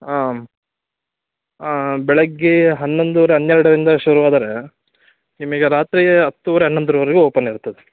ಹಾಂ ಬೆಳಗ್ಗೆ ಹನ್ನೊಂದುವರೆ ಹನ್ನೆರಡರಿಂದ ಶುರುವಾದರೆ ನಿಮಗೆ ರಾತ್ರಿ ಹತ್ತುವರೆ ಹನ್ನೊಂದರವರೆಗು ಓಪನ್ ಇರುತ್ತದೆ